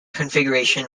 configuration